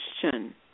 question